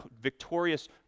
victorious